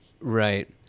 Right